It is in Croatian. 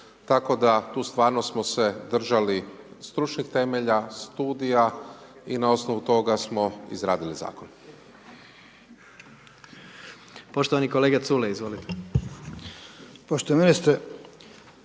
Tako da, tu stvarno smo se držali stručnih temelja studija i na osnovu toga smo izradili zakon. **Jandroković, Gordan (HDZ)** Poštovani kolega